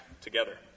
together